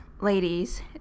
ladies